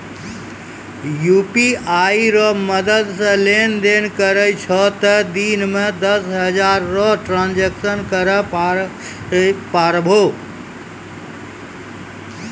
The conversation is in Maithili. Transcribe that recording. यू.पी.आई रो मदद से लेनदेन करै छहो तें दिन मे दस हजार रो ट्रांजेक्शन करै पारभौ